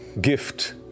gift